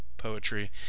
poetry